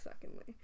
secondly